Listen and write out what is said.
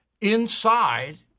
inside